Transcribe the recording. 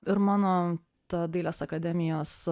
ir mano ta dailės akademijos